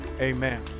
amen